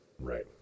Right